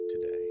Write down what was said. today